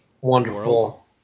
wonderful